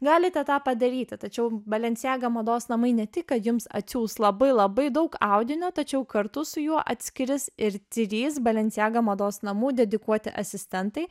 galite tą padaryti tačiau balenciaga mados namai ne tik kad jums atsiųs labai labai daug audinio tačiau kartu su juo atskirtis ir trys balenciaga mados namų dedikuoti asistentai